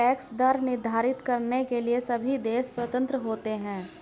tax दर निर्धारित करने के लिए सभी देश स्वतंत्र होते है